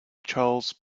charles